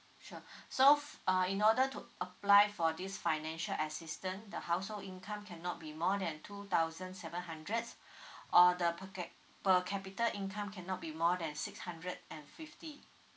sure so uh in order to apply for this financial assistant the household income cannot be more than two thousand seven hundred or the per ca~ per capita income cannot be more than six hundred and fifty